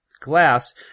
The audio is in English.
glass